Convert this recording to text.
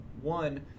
One